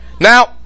now